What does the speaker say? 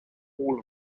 all